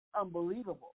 unbelievable